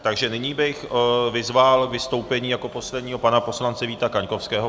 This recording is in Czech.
Takže nyní bych vyzval na vystoupení jako posledního pana poslance Víta Kaňkovského.